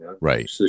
Right